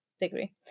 degree